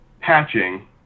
patching